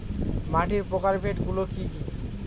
মাটির প্রকারভেদ গুলো কি কী?